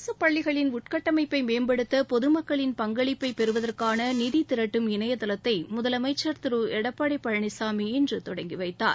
அரசு பள்ளிகளின் உள்கட்டமைப்பை மேம்படுத்த பொது மக்களின் பங்களிப்பை பெறுவதற்கான நிதி திரட்டும் இணையதளத்தை முதலமைச்சர் திரு எடப்பாடி பழனிசாமி இன்று தொடங்கி வைத்தார்